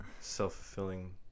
self-fulfilling